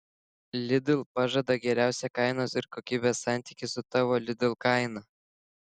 lidl pažada geriausią kainos ir kokybės santykį su tavo lidl kaina